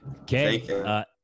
Okay